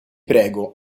prego